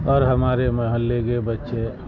اور ہمارے محلے کے بچے